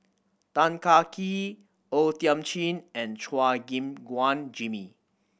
Tan Kah Kee O Thiam Chin and Chua Gim Guan Jimmy